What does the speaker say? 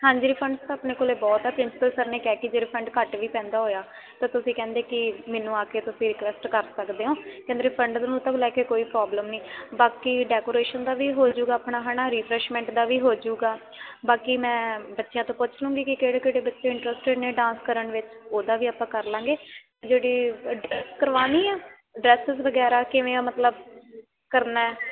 ਹਾਂਜੀ ਫੰਡਸ ਤਾਂ ਆਪਣੇ ਕੋਲ ਬਹੁਤ ਆ ਪ੍ਰਿੰਸੀਪਲ ਸਰ ਨੇ ਕਿਹਾ ਕਿ ਜੇ ਫੰਡ ਘੱਟ ਵੀ ਪੈਂਦਾ ਹੋਇਆ ਤਾਂ ਤੁਸੀਂ ਕਹਿੰਦੇ ਕਿ ਮੈਨੂੰ ਆ ਕੇ ਤੁਸੀਂ ਰਿਕੁਐਸਟ ਕਰ ਸਕਦੇ ਹੋ ਕਿ ਮੇਰੇ ਫੰਡ ਨੂੰ ਤੱਕ ਲੈ ਕੇ ਕੋਈ ਪ੍ਰੋਬਲਮ ਨਹੀਂ ਬਾਕੀ ਡੈਕੋਰੇਸ਼ਨ ਦਾ ਵੀ ਹੋ ਜੂਗਾ ਆਪਣਾ ਹੈ ਨਾ ਰੀਫਰੈਸ਼ਮੈਂਟ ਦਾ ਵੀ ਹੋ ਜੂਗਾ ਬਾਕੀ ਮੈਂ ਬੱਚਿਆਂ ਤੋਂ ਪੁੱਛ ਲੂੰਗੀ ਕਿ ਕਿਹੜੇ ਕਿਹੜੇ ਬੱਚੇ ਇੰਟਰਸਟ ਨੇ ਡਾਂਸ ਕਰਨ ਵਿੱਚ ਉਹਦਾ ਵੀ ਆਪਾਂ ਕਰ ਲਵਾਂਗੇ ਜਿਹੜੀ ਕਰਵਾਉਣੀ ਆ ਡਰੈਸਸ ਵਗੈਰਾ ਕਿਵੇਂ ਆ ਮਤਲਬ ਕਰਨਾ